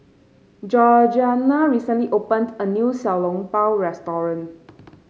Georgiana recently opened a new Xiao Long Bao restaurant